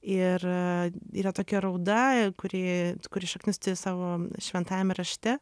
ir yra tokia rauda kuri kuris šaknis turi savo šventajame rašte